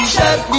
Shut